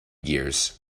gears